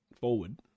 forward